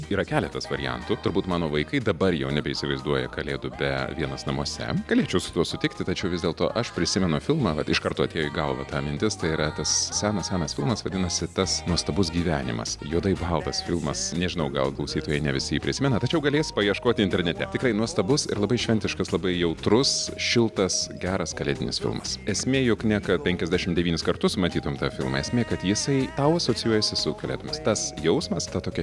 yra keletas variantų turbūt mano vaikai dabar jau nebeįsivaizduoja kalėdų be vienas namuose galėčiau su tuo sutikti tačiau vis dėlto aš prisimenu filmą vat iš karto atėjo į galvą ta mintis tai yra tas senas senas filmas vadinosi tas nuostabus gyvenimas juodai baltas filmas nežinau gal klausytojai ne visi jį prisimena tačiau galės paieškoti internete tikrai nuostabus ir labai šventiškas labai jautrus šiltas geras kalėdinis filmas esmė jog ne ka penkiasdešim devynis kartus matytum tą filmą esmė kad jisai tau asocijuojasi su kalėdomis tas jausmas ta tokia